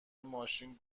ماشین